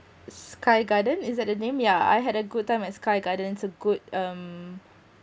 sky garden is that the name yeah I had a good time at sky gardens a good um